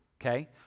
okay